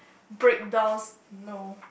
breakdowns no